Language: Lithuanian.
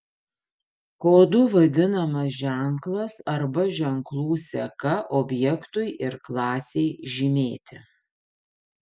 kodu vadinamas ženklas arba ženklų seka objektui ir klasei žymėti